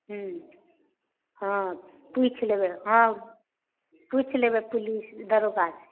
हूँ हँ पूछि लेबै हँ पूछि लेबै पुलिस दरोगा से